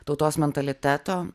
tautos mentaliteto